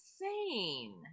insane